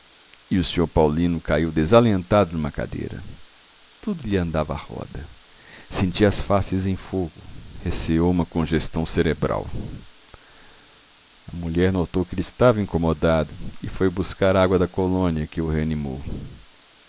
e o sr paulino caiu desalentado numa cadeira tudo lhe andava à roda sentia as faces em fogo receou uma congestão cerebral a mulher notou que ele estava incomodado e foi buscar água da colônia que o reanimou